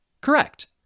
Correct